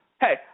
hey